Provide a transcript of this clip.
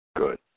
Good